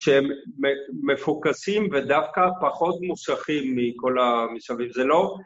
שהם מפוקסים ודווקא פחות מוצלחים מכל המסביב, זה לא.